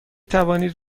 توانید